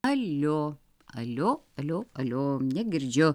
alio alio alio alio negirdžiu